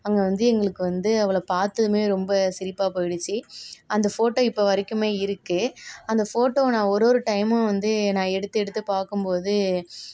அங்கே வந்து எங்களுக்கு வந்து அவளை பார்த்ததுமே ரொம்ப சிரிப்பாக போயிடுச்சு அந்த ஃபோட்டோ இப்போ வரைக்குமே இருக்குது அந்த ஃபோட்டோவை நான் ஒரு ஒரு டைமும் வந்து நான் எடுத்து எடுத்து பார்க்கும் போது